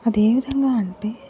అదేవిధంగా అంటే